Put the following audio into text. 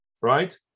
right